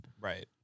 Right